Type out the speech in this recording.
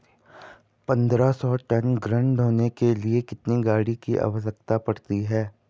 पन्द्रह सौ टन गन्ना ढोने के लिए कितनी गाड़ी की आवश्यकता पड़ती है?